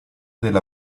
della